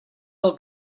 del